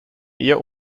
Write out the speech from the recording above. eher